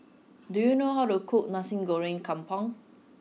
do you know how to cook Nasi Goreng Kampung